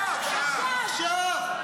על המצפון שלכם.